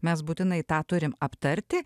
mes būtinai tą turim aptarti